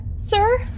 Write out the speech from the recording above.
Sir